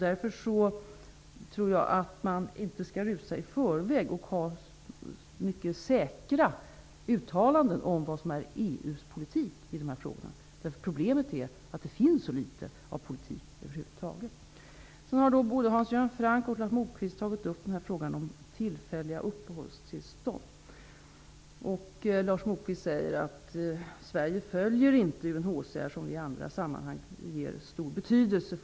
Jag tror därför inte att man skall rusa i förväg med mycket säkra uttalanden om vad som är EU:s politik i de här frågorna. Problemet är nämligen att det finns så litet av politik över huvud taget. Både Hans Göran Franck och Lars Moquist har också tagit upp frågan om tillfälliga uppehållstillstånd. Lars Moquist säger att Sverige inte följer UNHCR, som vi i andra sammanhang ger stor betydelse.